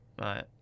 right